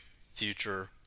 future